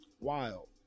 wild